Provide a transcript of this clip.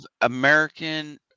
American